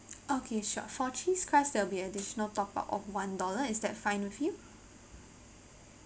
okay sure for cheese crust there will be additional top up of one dollar is that fine with you